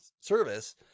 service